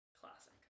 classic